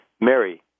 Mary